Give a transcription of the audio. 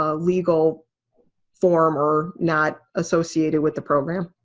ah legal form or not associated with the program.